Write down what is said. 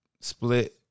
split